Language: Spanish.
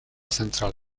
central